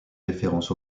référence